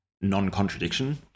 non-contradiction